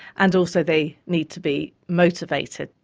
and also they need to be motivated.